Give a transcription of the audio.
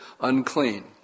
unclean